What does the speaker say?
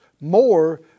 more